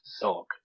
Dog